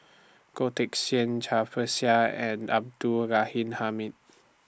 Goh Teck Sian Cai Bixia and Abdul Ghani Hamid